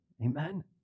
Amen